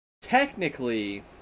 technically